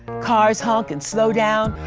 cars honk and slow down.